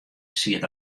siet